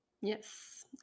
Yes